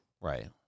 Right